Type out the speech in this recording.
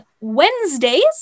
Wednesdays